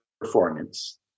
performance